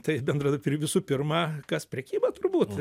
tai bendradar ir visu pirma kas prekyba turbūt